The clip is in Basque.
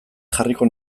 jarriko